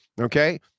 okay